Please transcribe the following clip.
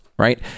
Right